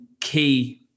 key